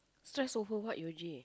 stress over what Yuji